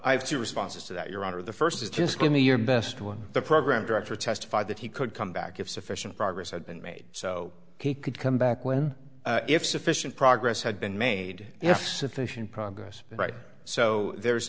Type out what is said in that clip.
have two responses to that your honor the first is just give me your best one the program director testified that he could come back if sufficient progress had been made so he could come back when if sufficient progress had been made if sufficient progress right so there's